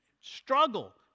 struggle